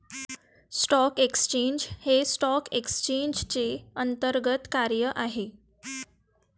stock exchange हे stock एक्सचेंजचे अंतर्गत कार्य आहे